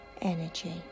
energy